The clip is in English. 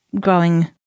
growing